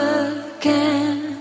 again